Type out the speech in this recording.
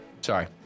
Sorry